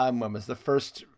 um when was the first,